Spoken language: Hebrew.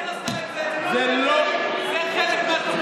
זה חלק מהתקציב של הממשלה הקודמת.